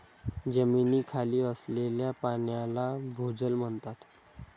जमिनीखाली असलेल्या पाण्याला भोजल म्हणतात